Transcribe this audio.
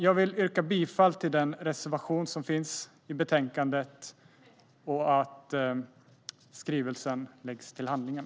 Jag yrkar bifall till reservationen.